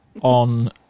on